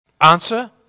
Answer